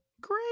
Great